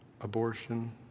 abortion